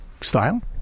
style